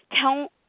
tell